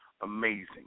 amazing